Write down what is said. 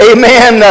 amen